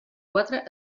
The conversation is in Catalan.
quatre